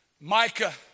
Micah